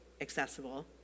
accessible